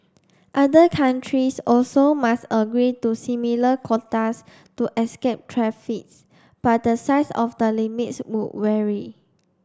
other countries also must agree to similar quotas to escape traffics but the size of the limits would vary